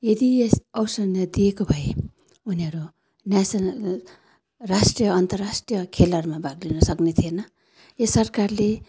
यदि यस अवसर नदिएको भए उनीहरू नेसनल राष्ट्रिय अन्तराष्ट्रिय खेलहरूमा भाग लिन सक्ने थिएन यो सरकारले